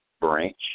Branch